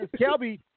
Kelby